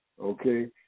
okay